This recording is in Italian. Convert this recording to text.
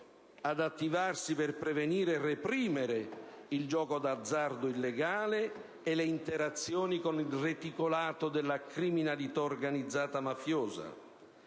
ad attivarsi per prevenire e reprimere il gioco d'azzardo illegale e le interazioni con il reticolato della criminalità organizzata mafiosa;